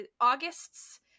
August's